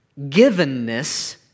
givenness